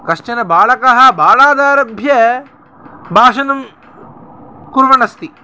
कश्चन बालकः बालादारभ्य भाषणं कुर्वन्नस्ति